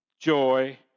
joy